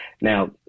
Now